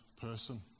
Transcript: person